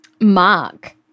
Mark